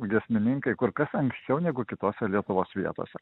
giesmininkai kur kas anksčiau negu kitose lietuvos vietose